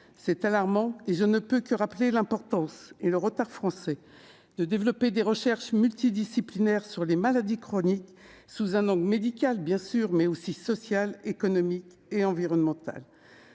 cet égard, je ne peux que rappeler l'importance de développer des recherches multidisciplinaires sur les maladies chroniques sous un angle médical, mais aussi social, économique et environnemental.